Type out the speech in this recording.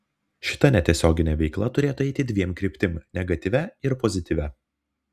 šita netiesioginė veikla turėtų eiti dviem kryptim negatyvia ir pozityvia